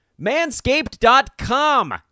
Manscaped.com